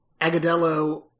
Agadello